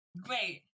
great